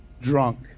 drunk